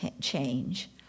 change